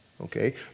Okay